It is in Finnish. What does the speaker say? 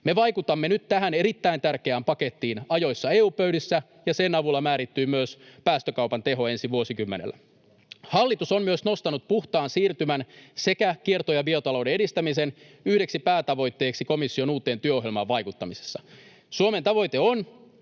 Me vaikutamme nyt tähän erittäin tärkeään pakettiin ajoissa EU-pöydissä, ja sen avulla määrittyy myös päästökaupan teho ensi vuosikymmenellä. Hallitus on myös nostanut puhtaan siirtymän sekä kierto- ja biotalouden edistämisen yhdeksi päätavoitteeksi komission uuteen työohjelmaan vaikuttamisessa. Suomen tavoite on,